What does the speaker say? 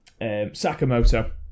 Sakamoto